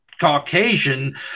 Caucasian